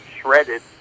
shredded